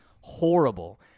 horrible